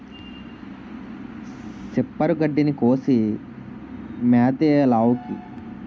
సిప్పరు గడ్డిని కోసి మేతెయ్యాలావుకి